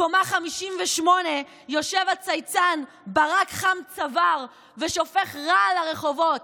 מקומה 58 יושב הצייצן ברק חם צוואר ושופך רעל לרחובות.